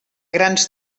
grans